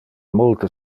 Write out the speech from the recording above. multe